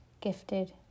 gifted